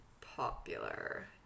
popular